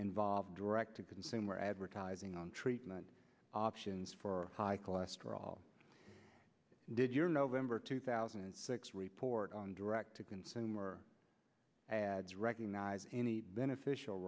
involve direct to consumer advertising on treatment options for high cholesterol did your november two thousand and six report on direct to consumer recognize any beneficial